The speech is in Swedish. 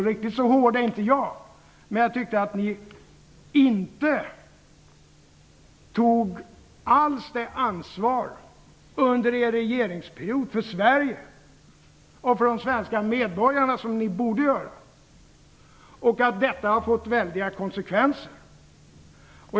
Riktigt så hård är inte jag, men jag tycker att ni inte alls tog det ansvar för Sverige och för de svenska medborgarna som ni borde ha gjort under er regeringsperiod. Detta har fått väldiga konsekvenser.